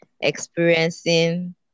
experiencing